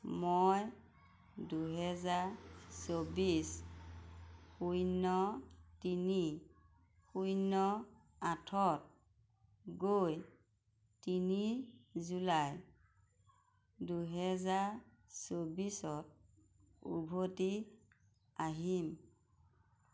মই দুহেজাৰ চৌবিছ শূন্য তিনি শূন্য আঠত গৈ তিনি জুলাই দুহেজাৰ চৌবিছত উভতি আহিম